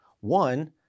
One